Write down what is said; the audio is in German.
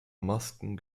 masken